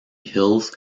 hills